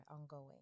ongoing